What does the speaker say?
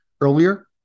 earlier